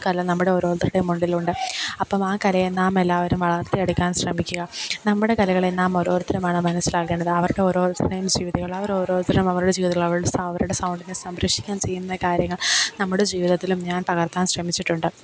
കല നമ്മുടെ ഓരോരുത്തരുടെയും ഉള്ളിലുണ്ട് അപ്പം ആ കലയെ നാം എല്ലാവരും വളർത്തിയെടുക്കാൻ ശ്രമിക്കുക നമ്മുടെ കലകളെ നാം ഓരോരുത്തരും വേണം മനസ്സിലാക്കേണ്ടത് അവർക്ക് ഓരോരുത്തരുടയും ജീവിതങ്ങൾ അവർ ഓരോരുത്തരും അവരുടെ ജീവിതത്തിലുള്ള അവരുടെ അവരുടെ സൗന്ദര്യം സംരക്ഷിക്കാൻ ചെയ്യുന്ന കാര്യങ്ങൾ നമ്മുടെ ജീവിതത്തിലും ഞാൻ പകർത്താൻ ശ്രമിച്ചിട്ടുണ്ട്